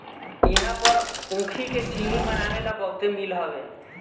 इहां पर ऊखी के चीनी बनावे वाला बहुते मील हवे